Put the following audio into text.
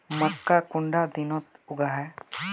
मक्का कुंडा दिनोत उगैहे?